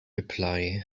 reply